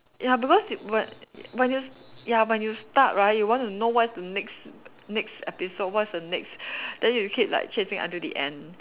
ya because when when you ya when you start right you want to know what's the next next episode what's the next then you keep like chasing until the end